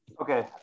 Okay